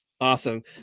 Awesome